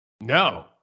No